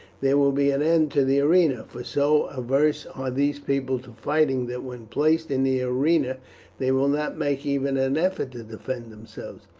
there will be an end to the arena, for so averse are these people to fighting, that when placed in the arena they will not make even an effort to defend themselves.